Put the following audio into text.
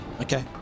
Okay